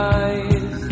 eyes